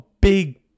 big